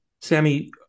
Sammy